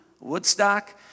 Woodstock